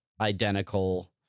identical